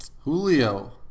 Julio